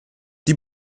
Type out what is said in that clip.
die